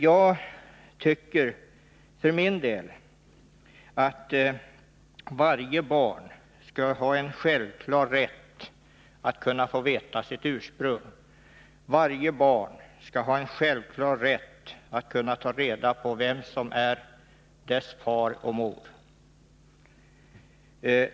Jag tycker för min del att varje barn skall ha en självklar rätt att kunna få veta sitt ursprung. Varje barn skall ha en självklar rätt att kunna ta reda på vem som är dess far och mor.